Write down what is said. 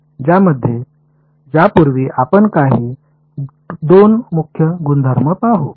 त्यामध्ये जाण्यापूर्वी आपण काही 2 मुख्य गुणधर्म पाहू